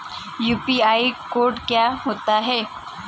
UPI code क्या होता है?